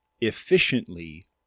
efficiently